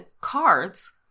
cards